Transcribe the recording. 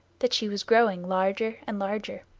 that she was growing larger and larger.